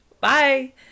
bye